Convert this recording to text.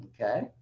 Okay